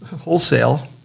wholesale